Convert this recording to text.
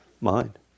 mind